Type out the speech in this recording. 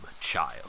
child